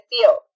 feel